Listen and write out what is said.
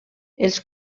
els